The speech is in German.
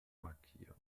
markieren